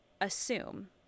assume